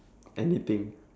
anything